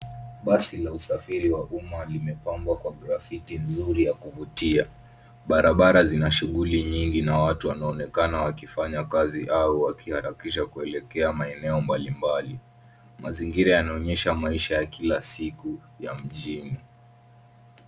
Basi la usafiri wa umma limepambwa kwa grafiti nzuri ya kuvutia. Barabara zina shughuli nyingi na watu wanaonekana wakifanya kazi au wakiharakisha kuelekea maeneo mbalimbali. Mazingira yanaonyesha maisha ya kila siku ya mjini.